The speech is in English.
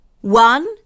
One